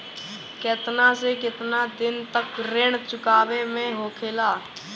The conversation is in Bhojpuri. केतना से केतना दिन तक ऋण चुकावे के होखेला?